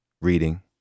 reading